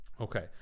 Okay